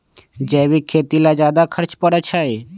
जैविक खेती ला ज्यादा खर्च पड़छई?